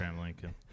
Lincoln